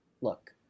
look